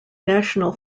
national